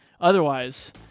Otherwise